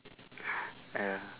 ya